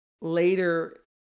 later